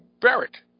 Barrett